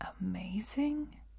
amazing